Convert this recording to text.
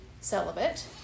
celibate